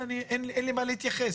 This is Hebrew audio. הם אמרו שאין להם מה להתייחס.